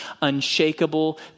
unshakable